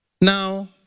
Now